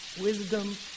wisdom